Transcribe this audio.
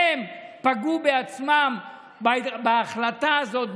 הם פגעו בעצמם בהחלטה הזאת,